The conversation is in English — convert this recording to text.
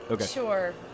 Sure